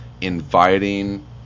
inviting